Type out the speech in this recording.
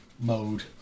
Mode